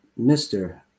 Mr